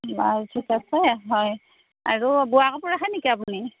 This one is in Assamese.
বাৰু ঠিক আছে হয় আৰু বোৱা কাপোৰ ৰাখে নেকি আপুনি